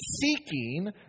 seeking